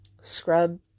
scrub